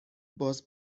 باز